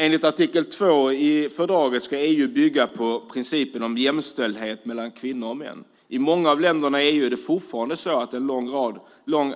Enligt artikel 2 i fördraget ska EU bygga på principen om jämställdhet mellan kvinnor och män. I många av länderna i EU är det fortfarande så att en